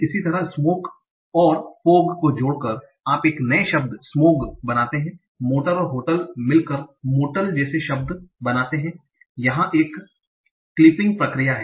इसी तरह smoke smoke धुआँ और फोग fog कोहरा को जोड़करआप एक नए शब्द को स्मोग बनाते हैं मोटर और होटल मिलकर मोटल जैसे शब्द बनाते हैं और यह एक क्लिपिंग प्रक्रिया है